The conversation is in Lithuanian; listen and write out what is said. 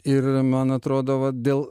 ir man atrodo va dėl